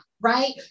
right